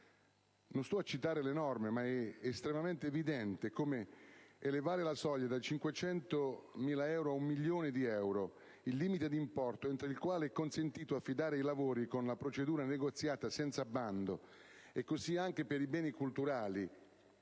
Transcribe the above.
Non sto a citare le norme, ma è estremamente evidente che elevare da 500.000 ad un milione di euro il limite di importo entro il quale è consentito affidare i lavori con la procedura negoziata senza bando, anche per i beni culturali,